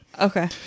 Okay